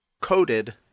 coated